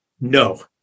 No